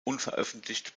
unveröffentlicht